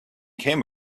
came